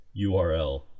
URL